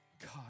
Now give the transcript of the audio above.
God